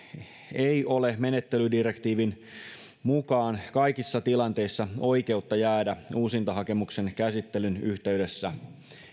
ei ole menettelydirektiivin mukaan kaikissa tilanteissa oikeutta jäädä uusintahakemuksen käsittelyn yhteydessä